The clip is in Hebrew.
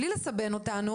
בלי לסבן אותנו,